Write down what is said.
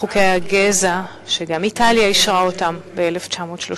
חוקי הגזע, שגם איטליה אישרה אותם ב-1938,